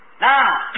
Now